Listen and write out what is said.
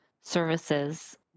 services